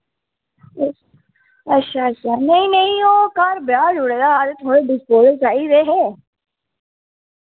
अच्छा अच्छा नेईं नेईं ओ घर ब्याह् जुड़े दा ते थोह्ड़े डिस्पोजल चाहिदे हे